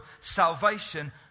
Salvation